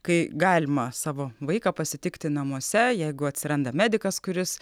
kai galima savo vaiką pasitikti namuose jeigu atsiranda medikas kuris